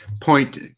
point